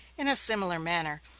in a similar manner,